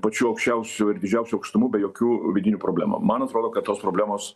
pačių aukščiausių ir didžiausių aukštumų be jokių vidinių problemų man atrodo kad tos problemos